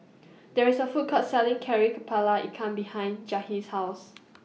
There IS A Food Court Selling Kari Kepala Ikan behind Jahir's House